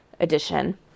edition